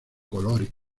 color